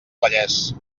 vallès